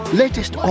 latest